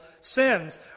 sins